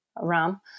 RAM